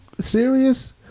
serious